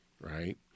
right